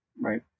right